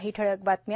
काही ठळक बातम्या